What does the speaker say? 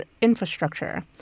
infrastructure